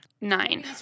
Nine